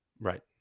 Right